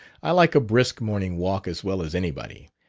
i like a brisk morning walk as well as anybody.